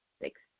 six